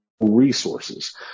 resources